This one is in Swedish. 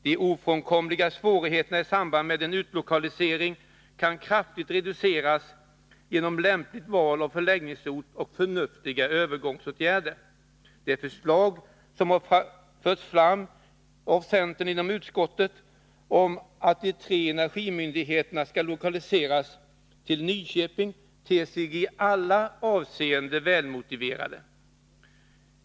De ofrånkomliga svårigheterna i samband med en utlokalisering kan kraftigt reduceras genom lämpligt val av förläggningsort och förnuftiga övergångsåtgärder. De förslag som har förts fram från centerhåll inom utskottet om att de tre energimyndigheterna skall lokaliseras till Nyköping ter sig i alla avseenden välmotiverade.